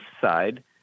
side